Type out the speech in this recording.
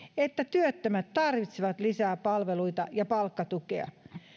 että työttömät tarvitsevat lisää palveluita ja palkkatukea